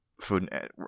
Food